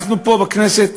אנחנו פה בכנסת